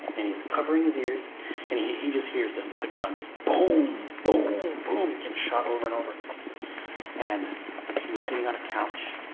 and he's covering his ears and he he just hears that the gun boom boom boom can shot over and over and he was sitting on a couch,